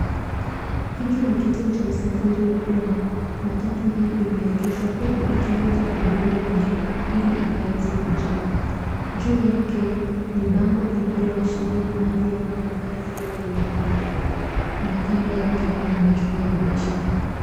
Hiki ni kituo cha usafiri wa umma. Matatu hii imeegeshwa huku ikingoja abiria wengine ili ikaweze kujaa. Juu yake ni bango linaloashiria mahali ambapo gari hilo linaenda na kando yake ni majumba ya biashara.